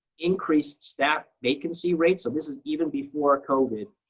increased staff vacancy rates so this is even before covid.